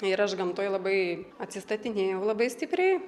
ir aš gamtoj labai atsistatinėjau labai stipriai